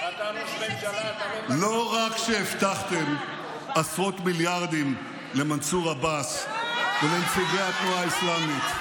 לא רק שהבטחתם עשרות מיליארדים למנסור עבאס ולנציגי התנועה האסלאמית,